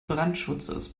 brandschutzes